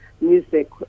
music